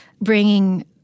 bringing—